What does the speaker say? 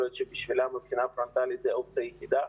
להיות שעבורן הבחינה הפרונטלית היא האופציה היחידה,